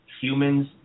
humans